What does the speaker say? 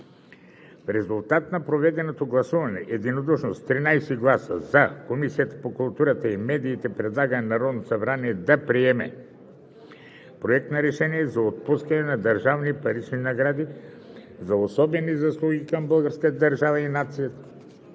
В резултат на проведено гласуване единодушно с 13 гласа „за“ Комисията по културата и медиите предлага на Народното събрание да приеме Проект на решение за отпускане на държавни парични награди за особени заслуги към българската държава и нацията,